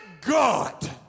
God